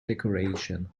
decoration